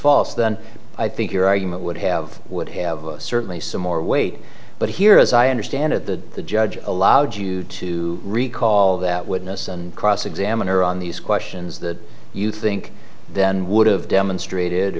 false then i think your argument would have would have certainly some more weight but here as i understand it the judge allowed you to recall that witness and cross examine her on these questions that you think then would have demonstrated